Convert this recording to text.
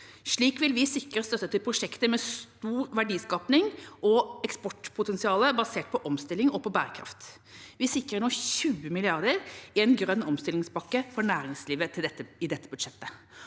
Slik vil vi sikre støtte til prosjekter med stor verdiskaping og stort eksportpotensial basert på omstilling og bærekraft. Vi sikrer nå 20 mrd. kr i en grønn omstillingspakke for næringslivet i dette budsjettet.